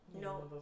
no